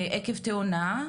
ועקב תאונה.